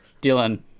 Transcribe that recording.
Dylan